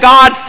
God